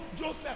Joseph